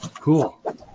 Cool